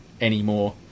anymore